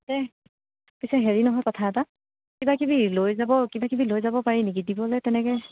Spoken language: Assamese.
পিছে পিছে হেৰি নহয় কথা এটা কিবা কিবি লৈ যাব কিবা কিবি লৈ যাব পাৰি নেকি দিবলৈ তেনেকৈ